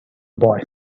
boy